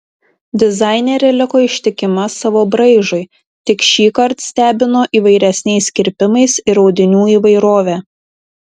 dizainerė liko ištikima savo braižui tik šįkart stebino įvairesniais kirpimais ir audinių įvairove